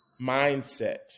mindset